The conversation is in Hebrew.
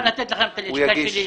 מתמחים, אתם מחר חייבים להיות פה.